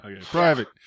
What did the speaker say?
Private